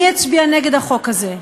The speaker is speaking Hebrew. אני אצביע נגד החוק הזה.